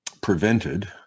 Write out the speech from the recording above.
prevented